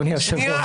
אדוני היושב-ראש,